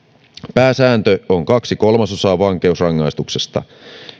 pääsääntö on kaksi kolmasosaa vankeusrangaistuksesta